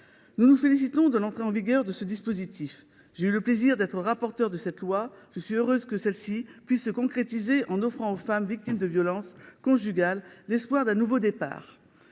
Nous nous félicitons de l’entrée en vigueur de ce dispositif. J’ai eu le plaisir d’être rapporteure de ce texte et je suis heureuse de voir sa concrétisation : cette loi offre aux femmes victimes de violences conjugales l’espoir d’un nouveau départ.